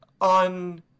on